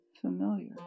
familiar